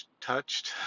touched